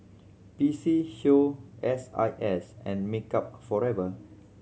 P C Show S I S and Makeup Forever